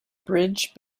bridge